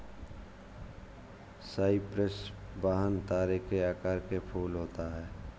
Cyprus vine तारे के आकार के फूल होता है